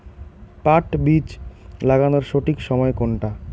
পাট বীজ লাগানোর সঠিক সময় কোনটা?